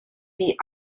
die